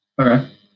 Okay